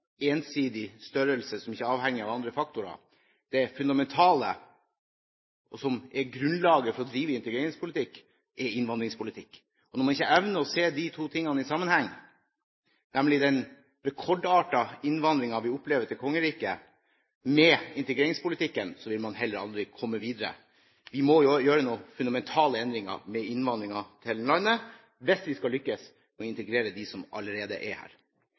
ensidig størrelse som ikke er avhengig av andre faktorer. Det fundamentale, som er grunnlaget for å drive integreringspolitikk, er innvandringspolitikk. Når man ikke evner å se de to tingene i sammenheng – den rekordartede innvandringen vi opplever til kongeriket og integreringspolitikken – vil man heller aldri komme videre. Vi må gjøre noen fundamentale endringer med innvandringen til landet hvis vi skal lykkes med å integrere dem som allerede er her.